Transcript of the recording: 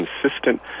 consistent